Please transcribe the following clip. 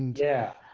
yeah.